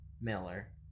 Miller